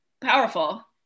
powerful